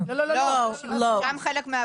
אז כל אחד צריך את